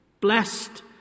Blessed